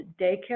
daycare